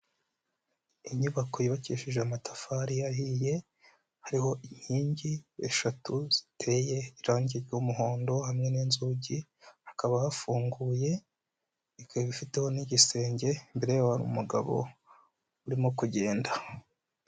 Inyubako yubakishije amatafari ahiye, hariho inkingi eshatu ziteye irangi ry'umuhondo hamwe n'inzugi, hakaba hafunguye, ikaba ifiteho n'igisenge, imbere yayo hari umugabo urimo kugenda.